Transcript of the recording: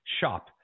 Shop